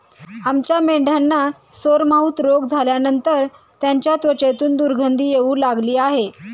आमच्या मेंढ्यांना सोरमाउथ रोग झाल्यानंतर त्यांच्या त्वचेतून दुर्गंधी येऊ लागली आहे